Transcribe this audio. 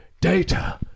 Data